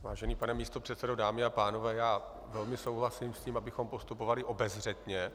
Vážený pane místopředsedo, dámy a pánové, já velmi souhlasím s tím, abychom postupovali obezřetně.